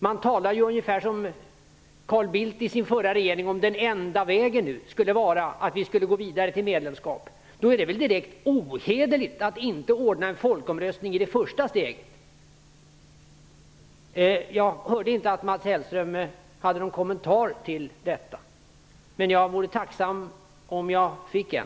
Man talar ungefär som Carl Bildt i den förra regeringen gjorde. Om den enda vägen skulle vara att vi gick vidare till medlemskap, är det väl direkt ohederligt att inte ordna en folkomröstning i fråga om det första steget. Jag hörde inte någon kommentar från Mats Hellström om detta. Jag vore tacksam för en sådan.